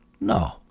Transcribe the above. No